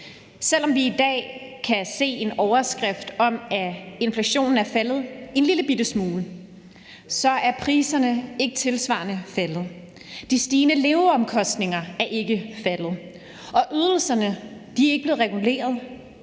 Selv om vi i dag kan se en overskrift om, at inflationen er faldet en lillebitte smule, så er priserne ikke tilsvarende faldet. De stigende leveomkostninger er ikke faldet, og ydelserne er ikke blevet reguleret